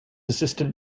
assistant